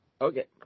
Okay